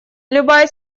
любая